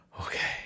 Okay